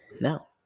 No